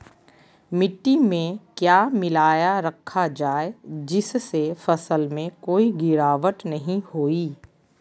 मिट्टी में क्या मिलाया रखा जाए जिससे फसल में कोई गिरावट नहीं होई?